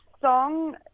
song